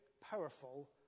powerful